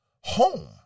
home